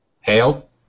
Hail